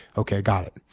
okay, got it.